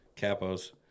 Capo's